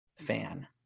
fan